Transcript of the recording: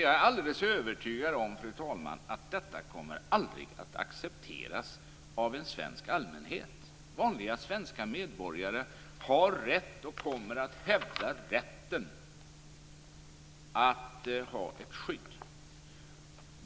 Jag är dock alldeles övertygad om att detta aldrig kommer att accepteras av en svensk allmänhet. Vanliga svenska medborgare har rätt till ett skydd - och de kommer att hävda denna rätt.